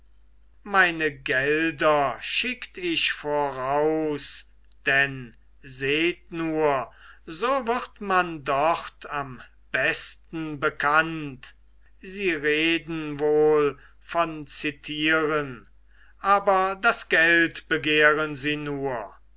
meine gelder schickt ich voraus denn seht nur so wird man dort am besten bekannt sie reden wohl von zitieren aber das geld begehren sie nur